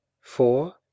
four